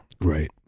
Right